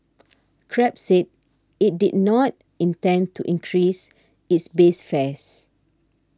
Grab said it did not intend to increase its base fares